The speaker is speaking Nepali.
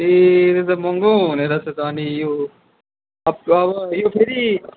ए त्यो त महँगो हुने रहेछ त अनि यो अब अब यो फेरि